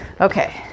Okay